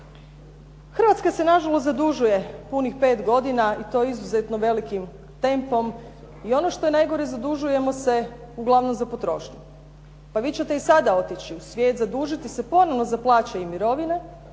Hrvatska se nažalost zadužuje punih pet godina i to izuzetno velikim tempom i ono što je najgore zadužujemo se uglavnom za potrošnju. Pa vi ćete i sada otići u svijet, zadužiti se ponovno za plaće i mirovine,